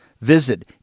Visit